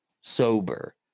sober